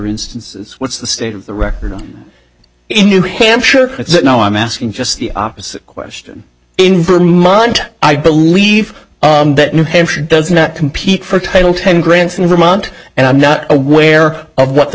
instances what's the state of the record in new hampshire it's no i'm asking just the opposite question in vermont i believe that new hampshire does not compete for title ten grants in vermont and i'm not aware of what t